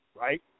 right